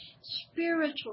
spiritual